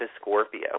Scorpio